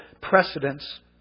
precedence